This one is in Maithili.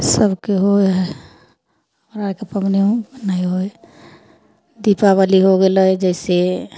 सबके होइ हइ हमरा आरके पबनी नहि होइ दीपाबली हो गेलै जैसे